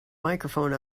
microphone